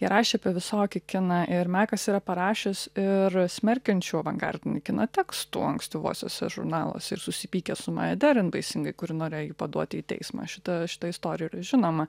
jie rašė apie visokį kiną ir mekas yra parašęs ir smerkiančių avangardinį kiną tekstų ankstyvuosiuose žurnaluose ir susipykęs su maya deren baisingai kuri norėjo paduoti į teismą šita šita istorija yra žinoma